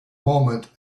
moment